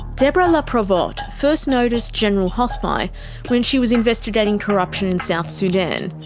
debra laprevotte first noticed general hoth mai when she was investigating corruption in south sudan.